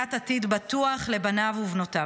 ובבניית עתיד בטוח לבניו ובנותיו.